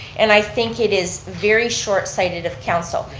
and i think it is very short-sighted of council,